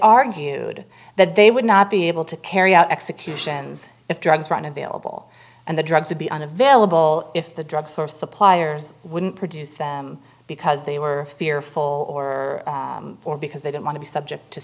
argued that they would not be able to carry out executions if drugs were on available and the drugs would be unavailable if the drugs or suppliers wouldn't produce them because they were fearful or or because they didn't want to be subject to